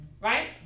right